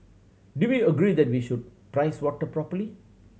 do we agree that we should price water properly